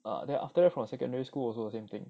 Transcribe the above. uh then after that from secondary school also same thing